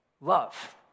Love